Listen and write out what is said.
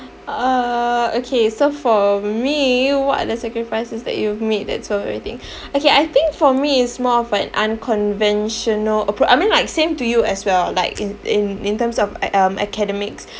uh okay so for me what are the sacrifices that you've made that's worth everything okay I think for me is more of an unconventional approach I mean like same to you as well like in in in terms of a~ um academics